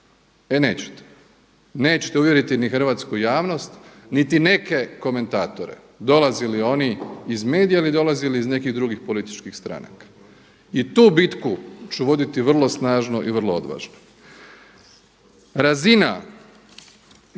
E nećete. Nećete uvjeriti ni hrvatsku javnost, niti neke komentatore, dolazili oni iz medija ili dolazili iz nekih drugih političkih stranaka. I tu bitku ću voditi vrlo snažno i vrlo odvažno. Razina